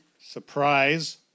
Surprise